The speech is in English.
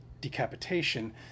decapitation